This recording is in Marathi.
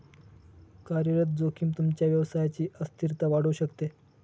कार्यरत जोखीम तुमच्या व्यवसायची अस्थिरता वाढवू शकते